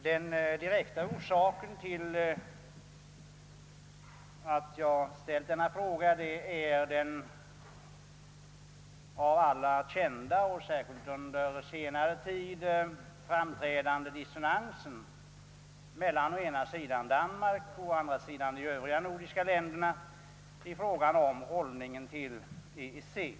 Den direkta orsaken till att jag ställt denna fråga är den av alla kända och särskilt under senare tid framträdande dissonansen mellan å ena sidan Danmark och å andra sidan de övriga nordiska länderna när det gäller hållningen till EEC.